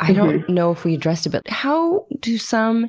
i don't know if we addressed it, but how do some